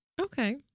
Okay